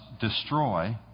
destroy